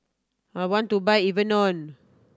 I want to buy Enervon